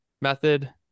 method